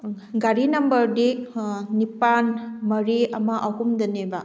ꯒꯥꯔꯤ ꯅꯝꯕꯔꯗꯤ ꯅꯤꯄꯥꯟ ꯃꯔꯤ ꯑꯃ ꯑꯍꯨꯝꯗꯅꯦꯕ